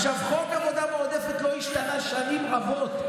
חוק עבודה מועדפת לא השתנה שנים רבות.